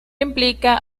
implica